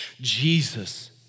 Jesus